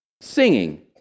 singing